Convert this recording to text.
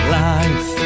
life